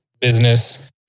business